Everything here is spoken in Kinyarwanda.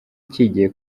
kigiye